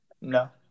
No